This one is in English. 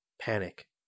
Panic